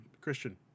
Christian